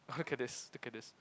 look at this look at this